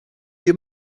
your